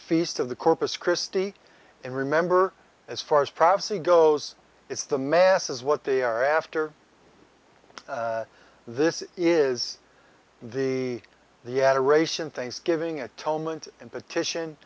feast of the corpus christi and remember as far as prophecy goes it's the masses what they are after this is the the adoration thanksgiving at tellme and petition